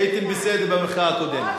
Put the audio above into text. הייתם בסדר במחאה הקודמת.